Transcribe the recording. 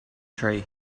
tree